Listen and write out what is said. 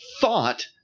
thought